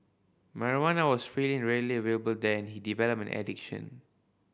marijuana was freely and readily available there he developed an addiction